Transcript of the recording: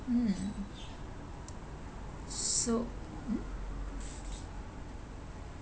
mm s~ so mm